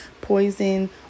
poison